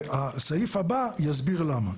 והסעיף הבא יסביר למה.